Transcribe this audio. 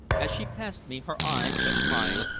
as she passed me her eyes met mine,